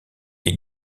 est